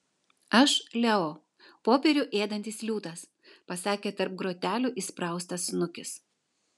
aš leo popierių ėdantis liūtas pasakė tarp grotelių įspraustas snukis